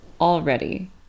already